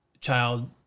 child